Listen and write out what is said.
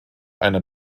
einer